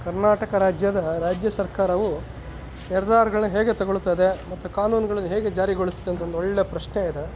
ಕರ್ನಾಟಕ ರಾಜ್ಯದ ರಾಜ್ಯ ಸರ್ಕಾರವು ನಿರ್ಧಾರಗಳನ್ನ ಹೇಗೆ ತೊಗೊಳ್ತದೆ ಮತ್ತು ಕಾನೂನುಗಳ್ನ ಹೇಗೆ ಜಾರಿಗೊಳ್ಸ್ತೆ ಅಂತ ಒಂದು ಒಳ್ಳೆಯ ಪ್ರಶ್ನೆಯಿದೆ